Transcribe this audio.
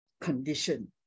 condition